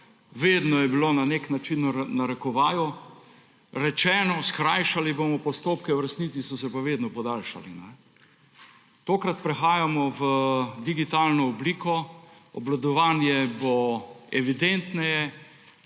zakonov je bilo na nek način v narekovajih rečeno, skrajšali bomo postopke, v resnici so se pa vedno podaljšali. Tokrat prehajamo v digitalno obliko, obvladovanje bo evidentneje